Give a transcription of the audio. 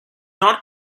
not